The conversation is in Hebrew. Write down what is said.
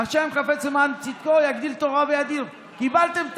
"ה' חפץ למען צדקו יגדיל תורה ויאדיר" קיבלתם תרי"ג,